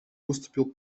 выступил